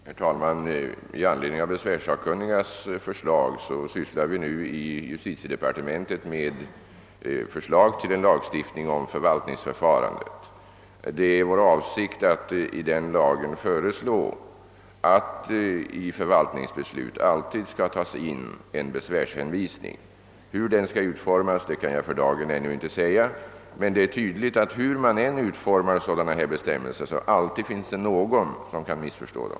Herr talman! I anledning av besvärssakkunnigas förslag sysslar vi nu i justitiedepartementet med förslag till en lagstiftning om förvaltningsförfarandet. Det är vår avsikt att i den lagen föreslå att i förvaltningsbeslut alltid skall tas in en besvärshänvisning. Hur denna skall utformas kan jag för dagen ännu inte säga, men tydligt är att hur man än utformar sådana bestämmelser finns det alltid någon som kan missförstå dem.